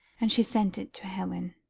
and she sent it to helen.